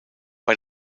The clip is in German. bei